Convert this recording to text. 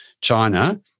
China